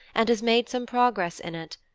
and has made some progress in it.